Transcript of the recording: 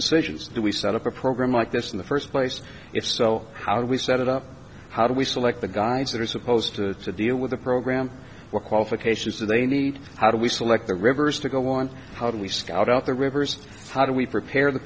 decisions that we set up a program like this in the first place if so how do we set it up how do we select the guys that are supposed to deal with the program what qualifications they need how do we select the rivers to go on how do we scout out the rivers how do we prepare the